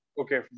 okay